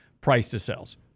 price-to-sales